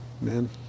man